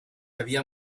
había